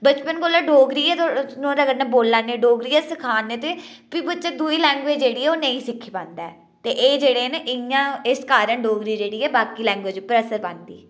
बचपन कोला डोगरी गै तुस नुहाड़े कन्नै बोल्ला ने होर इ'यै सिखा ने ते फ्ही बच्चा दूई लैंग्वेज जेह्ड़ी ऐ ओह् नेईं सिक्खी पांदा ते एह् जेह्ड़े न इं'या इस कारण डोगरी जेह्ड़ी ऐ बाकी लैंग्वेज पर असर पांदी